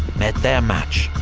met their match,